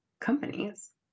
companies